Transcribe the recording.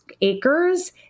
acres